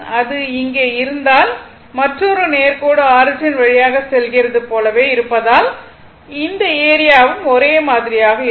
அது இங்கே இருந்தால் மற்றொரு நேர்கோடு ஆரிஜின் வழியாகச் செல்வது போலவே இருப்பதால் அந்த ஏரியாவும் ஒரே மாதிரியாக இருக்கும்